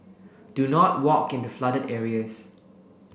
do not walk into flooded areas